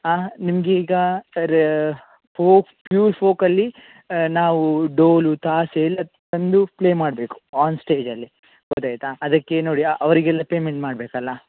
ಹಾಂ ನಿಮಗೀಗ sir folk pure ಫೋಕಲ್ಲಿ ನಾವು ಡೋಲು ತಾಸೆ ಎಲ್ಲ ತಂದು ಪ್ಲೇ ಮಾಡಬೇಕು ಆನ್ ಸ್ಟೇಜಲ್ಲಿ ಗೊತ್ತಾಯ್ತ ಅದಕ್ಕೆ ನೋಡಿ ಅವರಿಗೆಲ್ಲಾ ಪೇಮೆಂಟ್ ಮಾಡ್ಬೇಕಲ್ಲ